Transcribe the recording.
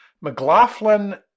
McLaughlin